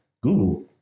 Google